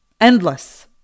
endless